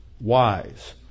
wise